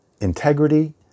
integrity